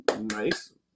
Nice